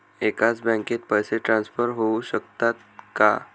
एकाच बँकेत पैसे ट्रान्सफर होऊ शकतात का?